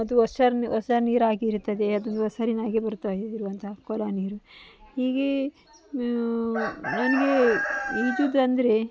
ಅದು ಒಸರು ಹೊಸ ನೀರಾಗಿರ್ತದೆ ಅದು ಒಸರಿನಾಗೆ ಬರುತ್ತಾ ಇರುವಂಥ ಕೊಳ ನೀರು ಹೀಗೆ ನನಗೆ ಈಜುವುದಂದ್ರೆ